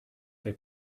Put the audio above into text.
they